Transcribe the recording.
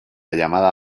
llamada